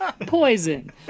poison